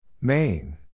main